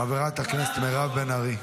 חברת הכנסת מירב בן ארי.